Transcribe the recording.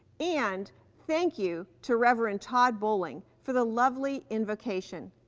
and thank you to reverend todd bowling for the lovely invocation.